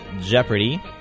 Jeopardy